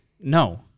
No